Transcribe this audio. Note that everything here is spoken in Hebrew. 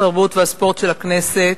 התרבות והספורט של הכנסת,